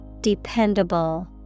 Dependable